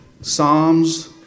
Psalms